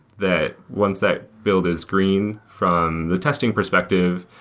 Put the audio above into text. that once that build is green from the testing perspective,